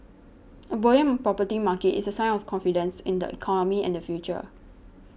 a buoyant property market is a sign of confidence in the economy and the future